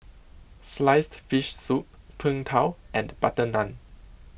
Sliced Fish Soup Png Tao and Butter Naan